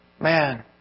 man